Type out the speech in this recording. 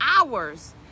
hours